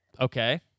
Okay